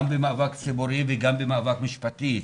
גם במאבק ציבורי וגם במאבק משפטי,